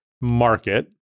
market